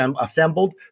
assembled